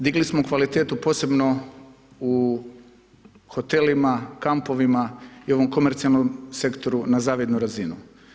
Digli smo kvalitetu, posebno u hotelima, kampovima i ovom komercijalnom sektoru na zavidnu razinu.